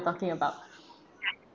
talking about